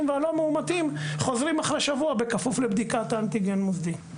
והלא מאומתים חוזרים אחרי שבוע בכפוף לבדיקת אנטיגן מוסדי.